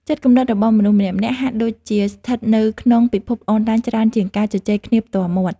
ចិត្តគំនិតរបស់មនុស្សម្នាក់ៗហាក់ដូចជាស្ថិតនៅក្នុងពិភពអនឡាញច្រើនជាងការជជែកគ្នាផ្ទាល់មាត់។